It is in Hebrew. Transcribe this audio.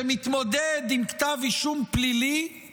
שמתמודד עם כתב אישום פלילי,